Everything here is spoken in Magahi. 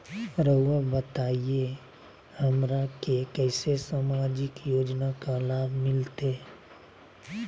रहुआ बताइए हमरा के कैसे सामाजिक योजना का लाभ मिलते?